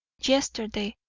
yesterday,